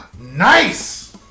Nice